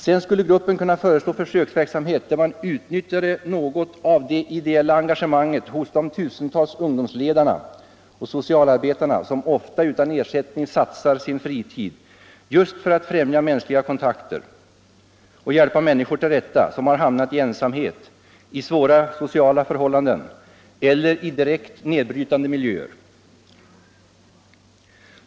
Sedan skulle gruppen kunna föreslå försöksverksamhet där man utnyttjade något av det ideella engagemanget hos de tusentals ungdomsledare och socialarbetare som ofta utan ersättning satsar sin fritid just för att främja mänskliga kontakter och hjälpa människor till rätta som har hamnat i ensamhet, i svåra sociala förhållanden eller i direkt nedbrytande miljöer.